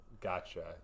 Gotcha